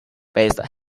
based